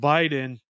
Biden